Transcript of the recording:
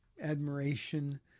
admiration